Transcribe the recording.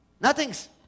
Nothing's